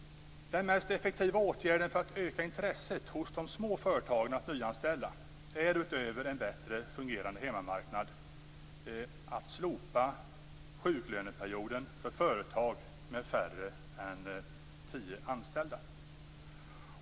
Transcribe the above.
Den mest effektiva åtgärden för att öka intresset hos de små företagen att nyanställa är, utöver en bättre fungerande hemmamarknad, att slopa sjuklöneperioden för företag med färre än tio anställda.